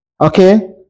Okay